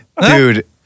Dude